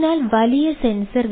അതിനാൽ വലിയ സെൻസർ